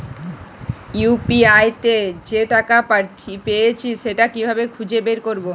UPI তে যে টাকা পেয়েছি সেটা কিভাবে খুঁজে বের করবো?